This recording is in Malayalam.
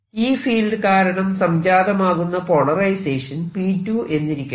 ഈ ഫീൽഡ് കാരണം സംജാതമാകുന്ന പോളറൈസേഷൻ P2 എന്നിരിക്കട്ടെ